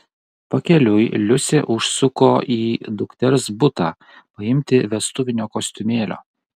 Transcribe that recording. pakeliui liusė užsuko į dukters butą paimti vestuvinio kostiumėlio